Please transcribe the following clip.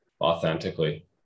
authentically